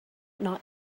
not